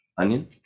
Onion